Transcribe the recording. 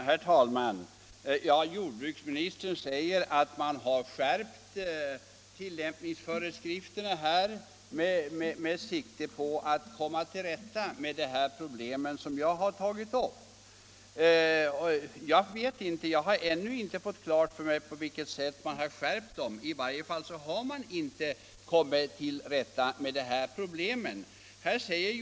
Herr talman! Jordbruksministern säger att tillämpningsföreskrifterna har skärpts med sikte på att komma till rätta med de problem som jag har tagit upp. Jag har ännu inte fått klart för mig på vilket sätt de har skärpts. I varje fall har inte problemen rättats till.